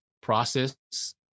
process